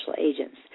agents